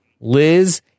Liz